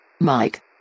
Mike